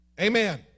Amen